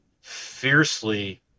fiercely